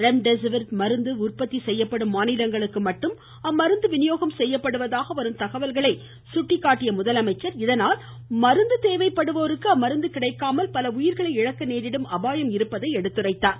remdesivir மருந்து உற்பத்தி செய்யப்படும் மாநிலங்களுக்கு மட்டும் அம்மருந்து விநியோகம் செய்யப்படுவதாக வரும் தகவல்களை சுட்டிக்காட்டிய அவர் இதனால் மருந்து தேவைப்படுவோருக்கு அம்மருந்து கிடைக்காமல் பல உயிர்களை இழக்க நேரிடும் அபாயம் இருப்பதாக எடுத்துரைத்தார்